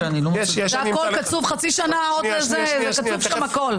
זה הכול קצוב חצי שנה, קצוב שם הכול.